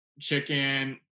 chicken